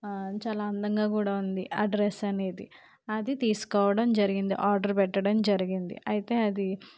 చాలా అందంగా కూడా ఉంది ఆ డ్రెస్ అనేది అది తీసుకోవడం జరిగింది ఆర్డర్ పెట్టడం జరిగింది అయితే అది